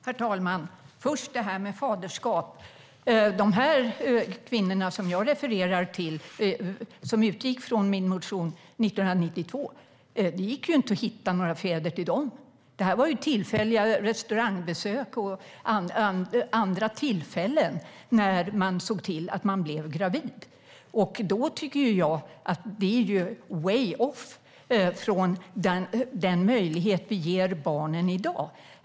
Herr talman! Först angående faderskap: Det gick ju inte att hitta några fäder till barnen när det gäller de kvinnor som jag refererade till i min motion från 1992. Det var ju vid tillfälliga restaurangbesök och andra tillfällen som man såg till att bli gravid. Det är ju way off från den möjlighet som vi ger barnen i dag.